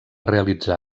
realitzar